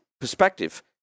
perspective